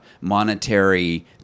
monetary